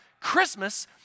Christmas